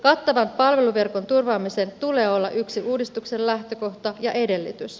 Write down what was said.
kattavan palveluverkon turvaamisen tulee olla yksi uudistuksen lähtökohta ja edellytys